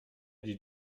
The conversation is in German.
die